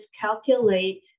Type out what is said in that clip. calculate